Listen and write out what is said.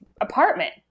apartment